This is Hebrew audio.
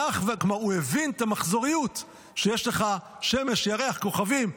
הוא הבין את המחזוריות, שיש לך שמש, ירח, כוכבים.